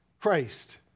Christ